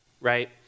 right